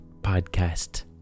podcast